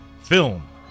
Film